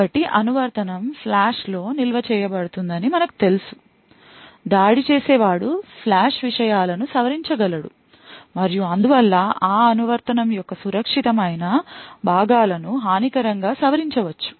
కాబట్టి అనువర్తనం ఫ్లాష్లో నిల్వ చేయబడుతుందని మనకు తెలుసు దాడి చేసేవాడు ఫ్లాష్ విషయాలను సవరించగలడు మరియు అందువల్ల ఆ అనువర్తనం యొక్క సురక్షితమైన భాగాలను హానికరంగా సవరించవచ్చు